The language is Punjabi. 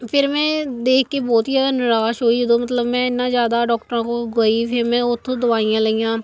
ਫਿਰ ਮੈਂ ਦੇਖ ਕੇ ਬਹੁਤ ਹੀ ਜ਼ਿਆਦਾ ਨਿਰਾਸ਼ ਹੋਈ ਉਦੋਂ ਮਤਲਬ ਮੈਂ ਇੰਨਾ ਜ਼ਿਆਦਾ ਡਾਕਟਰਾਂ ਕੋਲ ਗਈ ਫਿਰ ਮੈਂ ਉੱਥੋਂ ਦਵਾਈਆਂ ਲਈਆਂ